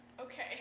Okay